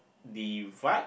divide